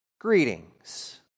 greetings